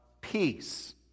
peace